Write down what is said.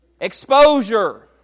Exposure